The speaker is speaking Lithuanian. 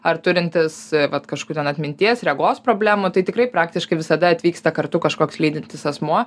ar turintis vat kažkokių ten atminties regos problemų tai tikrai praktiškai visada atvyksta kartu kažkoks lydintis asmuo